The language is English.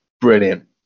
Brilliant